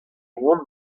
oan